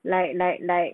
like like like